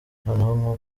noneho